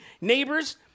neighbors